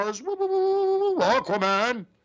Aquaman